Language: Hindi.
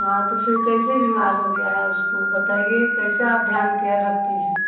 हाँ तो फिर कैसे बीमार हो गया है बताइए कैसे आप ध्यान केयर रखती हैं